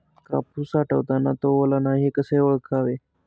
कापूस साठवताना तो ओला नाही हे कसे ओळखावे?